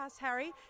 Harry